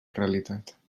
realitat